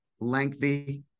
lengthy